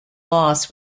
loss